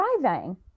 driving